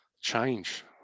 Change